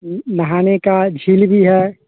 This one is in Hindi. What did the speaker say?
जी नहाने की झील भी है